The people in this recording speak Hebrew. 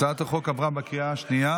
הצעת החוק כנוסח הוועדה עברה בקריאה השנייה.